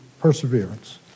perseverance